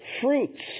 fruits